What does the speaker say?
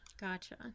gotcha